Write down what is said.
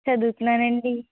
చదువుతున్నానండి